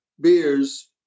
beers